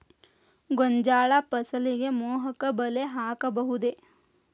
ಗೋಂಜಾಳ ಫಸಲಿಗೆ ಮೋಹಕ ಬಲೆ ಹಾಕಬಹುದೇ?